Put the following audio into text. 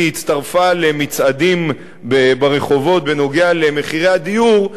הצטרפה למצעדים ברחובות בנוגע למחירי הדיור,